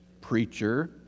preacher